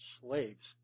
slaves